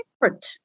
different